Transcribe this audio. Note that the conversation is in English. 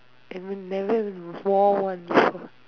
and would have even fall once before